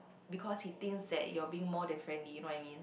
because he thinks that you're being more than friendly you know what I mean